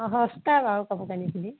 অ সস্তা বাৰু কাপোৰ কানিখিনি